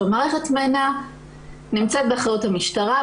מערכת מנע נמצאת באחריות המשטרה,